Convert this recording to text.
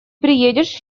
приедешь